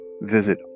Visit